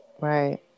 right